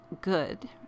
good